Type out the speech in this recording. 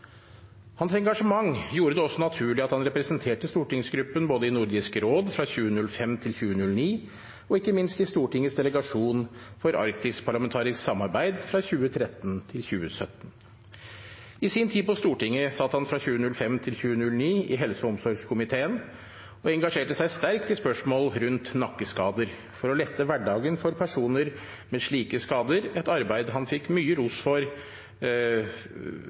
Hans engasjement gjorde det også naturlig at han representerte stortingsgruppen både i Nordisk råd, fra 2005 til 2009, og ikke minst i Stortingets delegasjon for arktisk parlamentarisk samarbeid, fra 2013 til 2017. I sin tid på Stortinget satt han fra 2005 til 2009 i helse- og omsorgskomiteen og engasjerte seg sterkt i spørsmål rundt nakkeskader, for å lette hverdagen for personer med slike skader, et arbeid han fikk mye ros for,